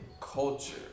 culture